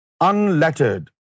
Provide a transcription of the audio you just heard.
unlettered